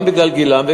גם בגלל גילם,